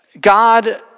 God